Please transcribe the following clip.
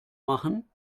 machen